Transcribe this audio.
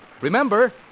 Remember